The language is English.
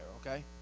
okay